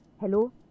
hello